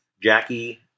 Jackie